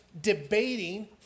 debating